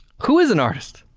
who is an artist?